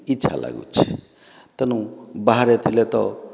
ଇଚ୍ଛା ଲାଗୁଛି ତେନୁ ବାହାରେ ଥିଲେ ତ